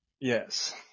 yes